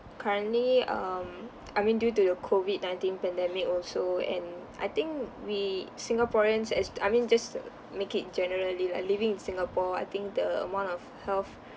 currently um I mean due to the COVID nineteen pandemic also and I think we singaporeans as I mean just to make it generally lah living in singapore I think the amount of health